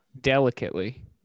Delicately